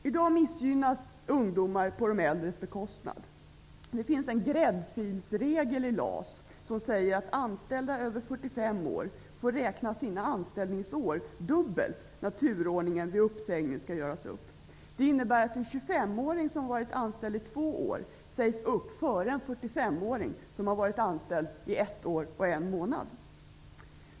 I dag missgynnas ungdomar till förmån för de äldre. Det finns en gräddfilsregel i LAS, där det sägs att anställda över 45 år får räkna sina anställningsår dubbelt när turordningen vid uppsägning skall göras upp. Det innebär att en 25-åring som varit anställd i två år sägs upp före en 45-åring som varit anställd i ett år och en månad.